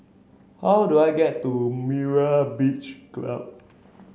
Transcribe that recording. how do I get to Myra Beach Club